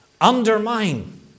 undermine